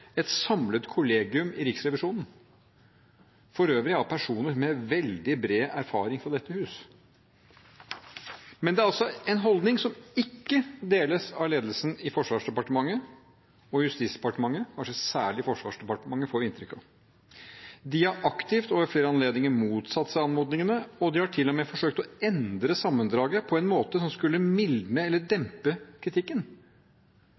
et samlet kollegium i Riksrevisjonen, for øvrig av personer med veldig bred erfaring fra dette hus. Men det er altså en holdning som ikke deles av ledelsen i Forsvarsdepartementet og Justisdepartementet – kanskje særlig Forsvarsdepartementet, får vi inntrykk av. De har aktivt og ved flere anledninger motsatt seg anmodningene, og de har til og med forsøkt å endre sammendraget på en måte som skulle mildne eller